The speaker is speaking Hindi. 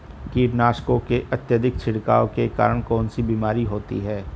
कीटनाशकों के अत्यधिक छिड़काव के कारण कौन सी बीमारी होती है?